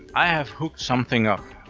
i have hooked something up.